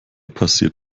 passiert